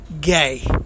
gay